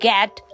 Get